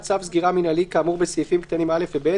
צו סגירה מינהלי כאמור בסעיפים קטנים (א) ו-(ב)